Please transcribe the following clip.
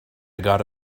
gotta